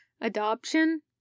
Adoption